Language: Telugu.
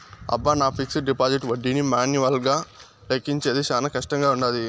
అబ్బ, నా ఫిక్సిడ్ డిపాజిట్ ఒడ్డీని మాన్యువల్గా లెక్కించేది శానా కష్టంగా వుండాది